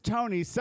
Tony